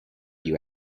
you